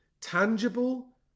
tangible